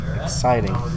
exciting